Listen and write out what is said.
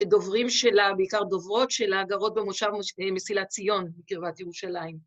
דוברים שלה, בעיקר דוברות שלה, גרות במושב מסילת ציון בקרבת ירושלים.